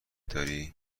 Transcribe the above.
داری